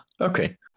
okay